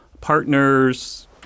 partners